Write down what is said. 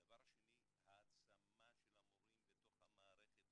הדבר השני, העצמה של המורים בתוך המערכת.